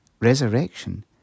resurrection